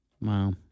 Wow